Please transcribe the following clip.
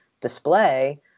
display